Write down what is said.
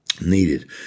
needed